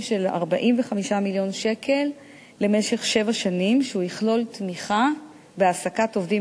של 45 מיליון שקל למשך שבע שנים שיכלול תמיכה בהעסקת עובדים